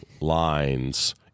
lines